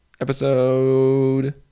episode